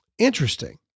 Interesting